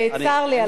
וצר לי על כך.